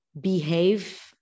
behave